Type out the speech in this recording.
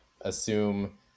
assume